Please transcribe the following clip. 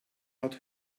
hat